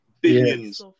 billions